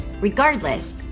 regardless